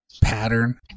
pattern